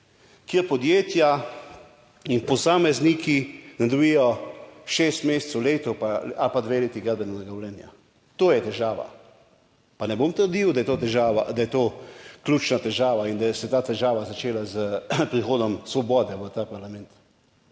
kjer podjetja in posamezniki ne dobijo šest mesecev, leto ali pa dve leti gradbenega dovoljenja. To je težava. Pa ne bom trdil, da je to ključna težava in da se je ta težava začela s prihodom Svobode v ta parlament.